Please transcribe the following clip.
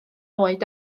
oed